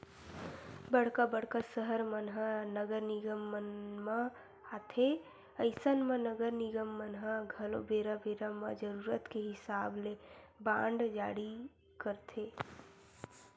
बड़का बड़का सहर मन ह नगर निगम मन म आथे अइसन म नगर निगम मन ह घलो बेरा बेरा म जरुरत के हिसाब ले बांड जारी करथे